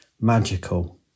magical